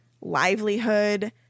livelihood